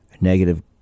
negative